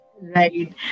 Right